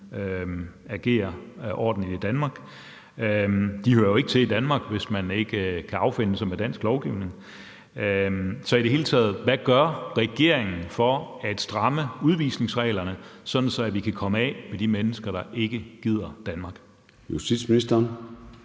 agere ordentligt i Danmark. De hører jo ikke til i Danmark, hvis de ikke kan affinde sig med dansk lovgivning. Så hvad gør regeringen i det hele taget for at stramme udvisningsreglerne, sådan at vi kan komme af med de mennesker, der ikke gider Danmark? Kl.